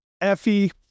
Effie